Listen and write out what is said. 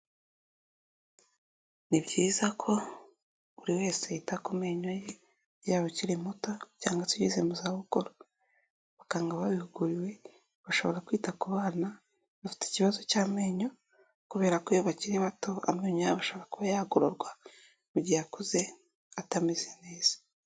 Ni byiza ko buri wese yita ku menyo ye, yaba akiri muto cyangwa ageze mu zabukuru, abaganga babihuguriwe bashobora kwita ku bana bafite ikibazo cy'amenyo kubera ko iyo abakiri bato amenyo yabo ashobora kuba yagororwa mu gihe yakuze atameze neza.